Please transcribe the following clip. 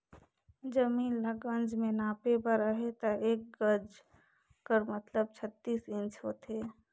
जमीन ल गज में नापे बर अहे ता एक गज कर मतलब छत्तीस इंच होथे